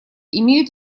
имеют